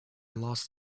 lost